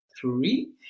three